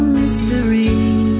mystery